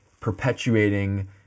perpetuating